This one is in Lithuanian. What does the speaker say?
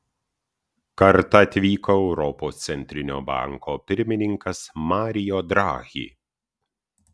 kartą atvyko europos centrinio banko pirmininkas mario draghi